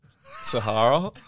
Sahara